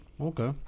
okay